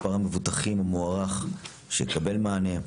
מספר המבוטחים המוערך שיקבל מענה,